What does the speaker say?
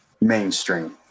mainstream